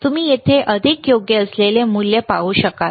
तुम्ही येथे अधिक योग्य असलेले मूल्य पाहू शकाल